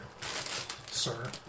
Sir